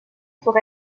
pour